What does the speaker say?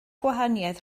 gwahaniaeth